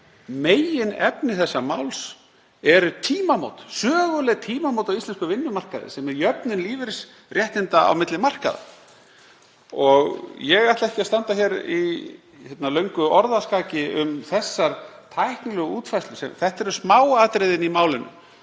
Meginefni þessa máls eru tímamót, söguleg tímamót á íslenskum vinnumarkaði, sem er jöfnun lífeyrisréttinda á milli markaða. Ég ætla ekki að standa hér í löngu orðaskaki um þessar tæknilegu útfærslur. Þetta eru smáatriðin í málinu